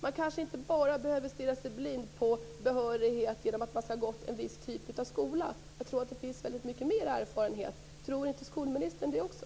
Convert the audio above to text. Man kanske inte bara skall stirra sig blind på behörighet, just genom att lärare skall ha gått i en viss typ av skola, utan jag tror att det finns mycket mer erfarenhet. Tror inte skolministern det också?